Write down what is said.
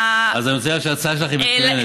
אז אני רוצה להגיד שההצעה שלך היא מצוינת.